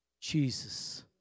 Jesus